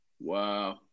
Wow